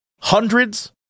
hundreds